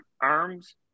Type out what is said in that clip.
arms